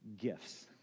gifts